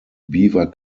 beaver